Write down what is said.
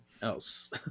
else